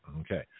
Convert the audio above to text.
Okay